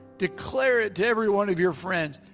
declare to every one of your friends.